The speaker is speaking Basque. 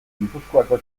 gipuzkoako